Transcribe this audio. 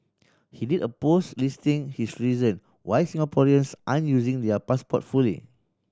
he did a post listing his reason why Singaporeans aren't using their passport fully